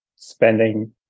spending